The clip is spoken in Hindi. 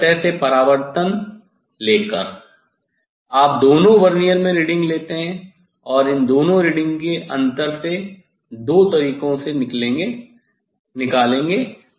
इस सतह से परावर्तन लें कर आप दोनों वर्नियर में रीडिंग लेते हैं और इन दोनों रीडिंग के अंतर से दो तरीकों से निकलेंगे